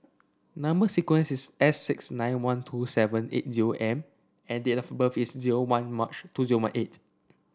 number sequence is S six nine one two seven eight zero M and date of birth is zero one March two zero one eight